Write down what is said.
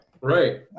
Right